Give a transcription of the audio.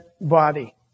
body